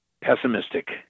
pessimistic